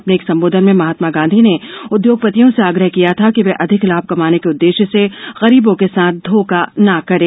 अपने एक संबोधन में महात्मा गांधी नेउद्योगपतियों से आग्रह किया था कि वे अधिक लाभ कमाने के उद्देश्य से गरीबों के साथ धोखा न करें